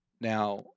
Now